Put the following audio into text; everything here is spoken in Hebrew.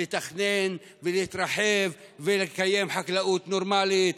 לתכנן ולהתרחב ולקיים חקלאות נורמלית,